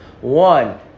One